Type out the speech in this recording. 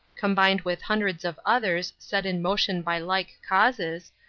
combined with hundreds of others, set in motion by like causes,